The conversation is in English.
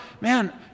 Man